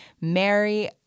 Mary